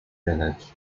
village